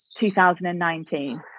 2019